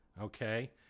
Okay